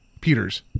Peter's